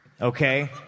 okay